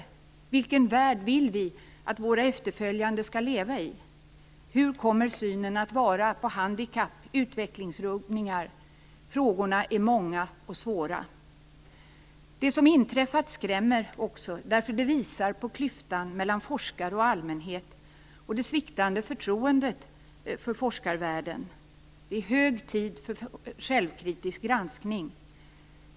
Vilken värld vill vi att våra efterföljare skall leva i? Hur kommer synen att vara på handikapp och utvecklingsrubbningar? Frågorna är många och svåra. Det som inträffat skrämmer också därför att det visar på klyftan mellan forskare och allmänhet och det sviktande förtroendet för forskarvälden. Det är hög tid för en självkritisk granskning.